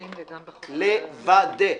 לוודא.